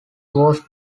was